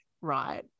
right